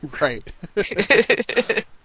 Right